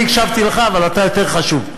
אני הקשבתי לך, אבל אתה יותר חשוב.